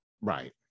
right